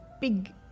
big